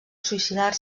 suïcidar